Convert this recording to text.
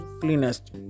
cleanest